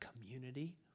community